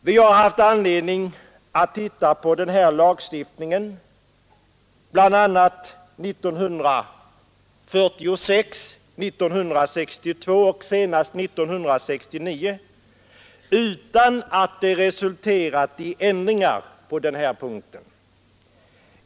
Vi har haft anledning att titta på den här lagstiftningen, bl.a. 1946, 1962 och senast 1969, utan att det resulterat i ändringar på denna punkt.